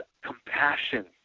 compassion